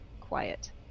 quiet